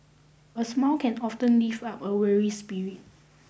a smile can often lift up a weary spirit